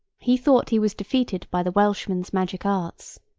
he thought he was defeated by the welshman's magic arts.